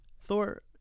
Thor